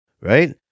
Right